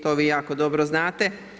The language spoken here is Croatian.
To vi jako dobro znate.